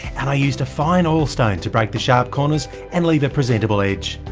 and i used a fine oilstone to break the sharp corners, and leave a presentable edge.